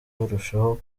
barushaho